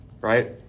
right